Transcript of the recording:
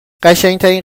قشنگترین